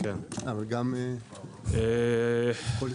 שלום.